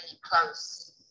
close